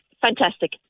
fantastic